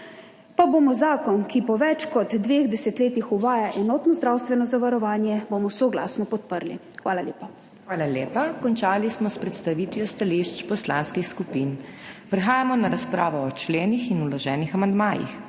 pa bomo zakon, ki po več kot dveh desetletjih uvaja enotno zdravstveno zavarovanje, bomo soglasno podprli. Hvala lepa. **PODPREDSEDNICA MAG. MEIRA HOT:** Hvala lepa. Končali smo s predstavitvijo stališč poslanskih skupin. Prehajamo na razpravo o členih in vloženih amandmajih.